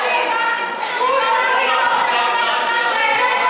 זכויות נשים?